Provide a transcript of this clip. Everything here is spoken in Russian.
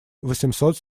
восемьсот